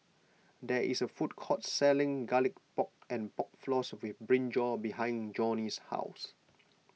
there is a food court selling Garlic Pork and Pork Floss with Brinjal Behind Johny's house